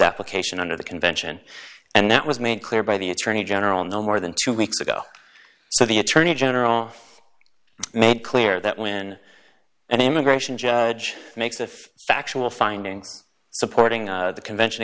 application under the convention and that was made clear by the attorney general no more than two weeks ago so the attorney general made clear that when an immigration judge makes if factual findings supporting the convention